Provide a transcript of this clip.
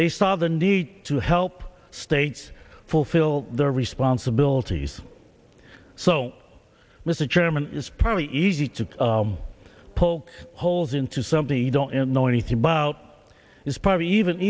saw the need to help states fulfill their responsibilities so mr chairman it's probably easy to poke holes into something you don't know anything about it's probably even